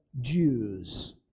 Jews